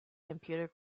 computer